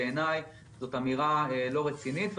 בעיניי זאת אמירה לא רצינית,